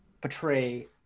portray